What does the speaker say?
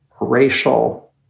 racial